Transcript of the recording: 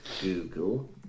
google